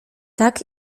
tak